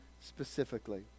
specifically